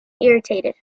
irritated